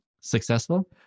Successful